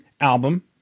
album